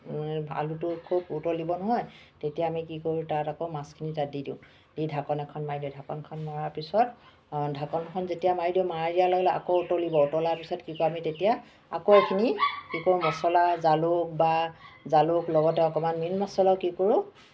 আলুটো খুব উতলিব নহয় তেতিয়া আমি কি কৰো তাত আকৌ মাছখিনি তাত দি দিওঁ দি ঢাকন এখন মাৰি দিওঁ ঢাকনখন মৰা পিছত ঢাকনখন যেতিয়া মাৰি দিওঁ মাৰি দিয়া লগে লগে আকৌ উতলিব উতলা পিছত কি কৰো আমি তেতিয়া আকৌ এখিনি মচলা জালুক বা জালুক লগতে অকণমান মিট মচলাও কি কৰো